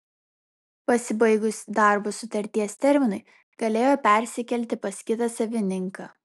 pasibaigus darbo sutarties terminui galėjo persikelti pas kitą savininką